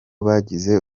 bagize